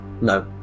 no